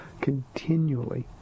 continually